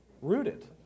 Rooted